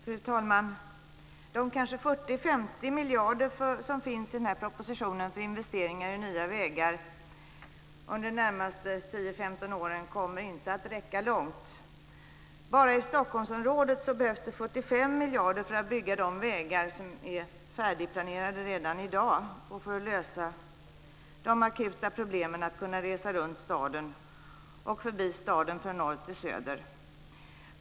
Fru talman! De kanske 40-50 miljarder som finns i den här propositionen för investeringar i nya vägar under de närmaste 10-15 åren kommer inte att räcka långt. Bara i Stockholmsområdet behövs 45 miljarder för att bygga de vägar som är färdigplanerade redan i dag och för att lösa de akuta problemen att kunna resa runt staden och förbi staden från norr till söder.